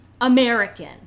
american